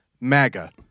MAGA